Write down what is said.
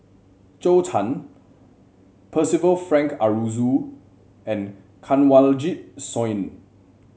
Zhou Can Percival Frank Aroozoo and Kanwaljit Soin